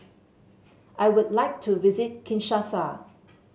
I would like to visit Kinshasa